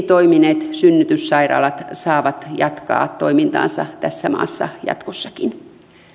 toimineet synnytyssairaalat saavat jatkaa toimintaansa tässä maassa jatkossakin